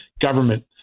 government